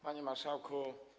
Panie Marszałku!